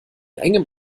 engem